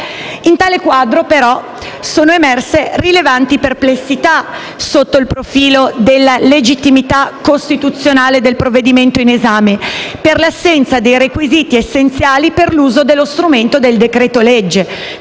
In tale quadro, però, sono emerse rilevanti perplessità sotto il profilo della legittimità costituzionale del provvedimento in esame per l'assenza dei requisiti essenziali per l'uso dello strumento del decreto-legge,